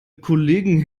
kollegen